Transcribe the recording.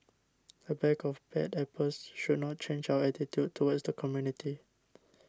a bag of bad apples should not change our attitude towards the community